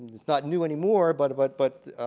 it's not new anymore but but but